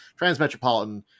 Transmetropolitan